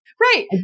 right